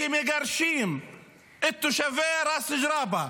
כי מגרשים את תושבי ראס ג'ראבה.